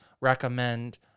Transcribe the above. recommend